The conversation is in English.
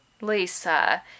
Lisa